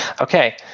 Okay